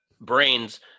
brains